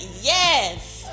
yes